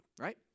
right